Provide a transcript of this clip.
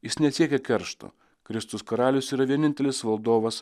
jis nesiekia keršto kristus karalius yra vienintelis valdovas